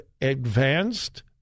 advanced